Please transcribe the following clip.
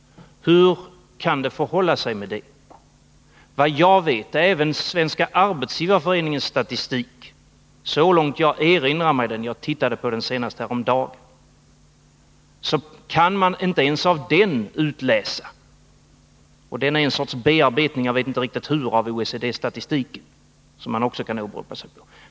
Hur kan det förhålla sig med detta? Man kan inte utläsa detta ens av Svenska arbetsgivareföreningens statistik, så långt jag erinrar mig — jag tittade på den senast häromdagen. Den är en sorts bearbetning — jag vet inte hur — av OECD-statistiken, som också kan åberopas i detta sammanhang.